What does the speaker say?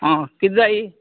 आं कितें जाई